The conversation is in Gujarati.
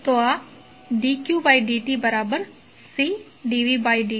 તો આ d qd tCd vd t બનશે